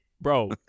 Bro